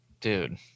Dude